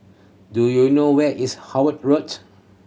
do you know where is Howard Road